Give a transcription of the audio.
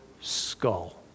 skull